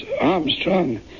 Armstrong